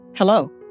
Hello